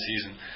season